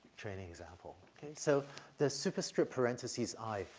training example. okay. so the superscript parentheses i,